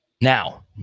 Now